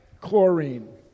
Chlorine